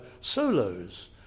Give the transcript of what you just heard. solos